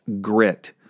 grit